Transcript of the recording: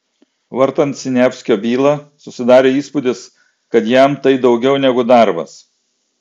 vartant siniavskio bylą susidarė įspūdis kad jam tai daugiau negu darbas